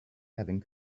having